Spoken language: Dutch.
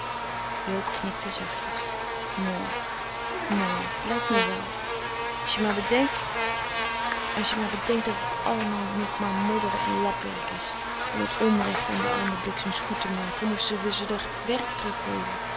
joob knikte zachtjens mooi mooi t lijkt me wel as je maar bedenkt as je maar bedenkt dat t allemaal nog maar modderen en lapwerk is om t onrecht an de arme bliksems goed te make moeste we ze der werk